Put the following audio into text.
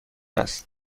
است